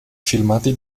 filmati